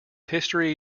history